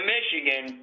Michigan